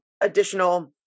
additional